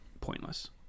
pointless